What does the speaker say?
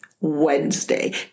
wednesday